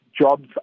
jobs